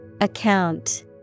Account